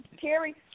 Terry